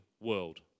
world